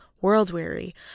world-weary